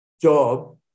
job